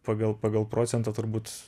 pagal pagal procentą turbūt